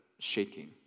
Shaking